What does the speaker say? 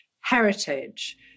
heritage